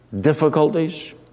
difficulties